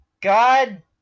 God